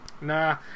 Nah